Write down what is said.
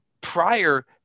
prior